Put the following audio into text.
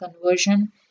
conversion